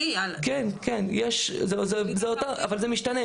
כן, אבל זה משתנה.